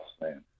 man